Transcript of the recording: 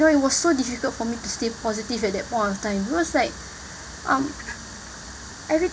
ya it was so difficult for me to stay positive at that point of time because like um